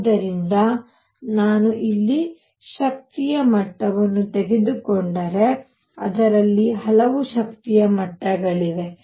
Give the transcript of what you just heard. ಆದ್ದರಿಂದ ನಾನು ಇಲ್ಲಿ ಶಕ್ತಿಯ ಮಟ್ಟವನ್ನು ತೆಗೆದುಕೊಂಡರೆ ಅದರಲ್ಲಿ ಹಲವು ಶಕ್ತಿಯ ಮಟ್ಟಗಳಿವೆ